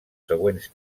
següents